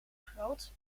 groot